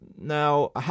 Now